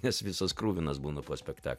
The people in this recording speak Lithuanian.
nes visas kruvinas būnu po spektaklio